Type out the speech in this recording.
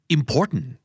Important